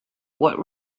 what